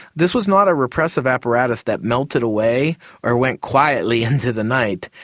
this was not a repressive apparatus that melted away or went quietly into the night.